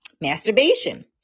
masturbation